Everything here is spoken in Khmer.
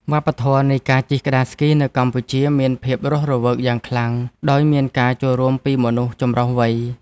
វប្បធម៌នៃការជិះក្ដារស្គីនៅកម្ពុជាមានភាពរស់រវើកយ៉ាងខ្លាំង ដោយមានការចូលរួមពីមនុស្សចម្រុះវ័យ។